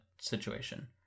situation